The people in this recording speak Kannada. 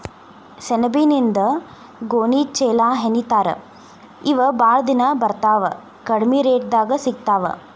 ಸೆಣಬಿನಿಂದ ಗೋಣಿ ಚೇಲಾಹೆಣಿತಾರ ಇವ ಬಾಳ ದಿನಾ ಬರತಾವ ಕಡಮಿ ರೇಟದಾಗ ಸಿಗತಾವ